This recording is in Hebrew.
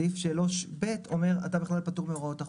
סעיף 3/ב' אומר "אתה בכלל פטור מהוראות החוק",